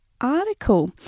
article